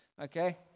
okay